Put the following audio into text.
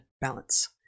balance